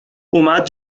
اومد